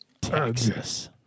Texas